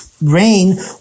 rain